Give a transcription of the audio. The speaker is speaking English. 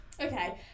Okay